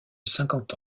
cinquante